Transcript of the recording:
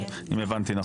אם הבנתי נכון.